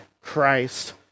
Christ